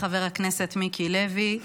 חבר הכנסת מיקי לוי,